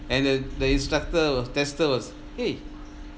and the the instructor were tester was !hey!